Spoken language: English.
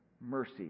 mercy